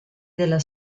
della